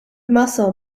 muscle